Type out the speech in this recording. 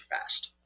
fast